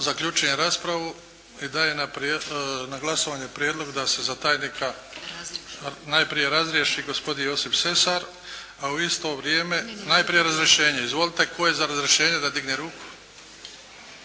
Zaključujem raspravu. I dajem na glasovanje prijedlog da se za tajnika, najprije razriješi gospodin Josip Sesar, a u isto vrijeme, najprije razrješenje. Izvolite. Tko je za razrješenje neka digne ruku?